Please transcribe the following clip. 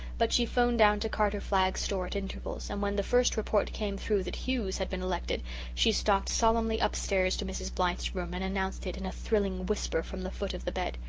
but she phoned down to carter flagg's store at intervals, and when the first report came through that hughes had been elected she stalked solemnly upstairs to mrs. blythe's room and announced it in a thrilling whisper from the foot of the bed.